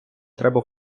треба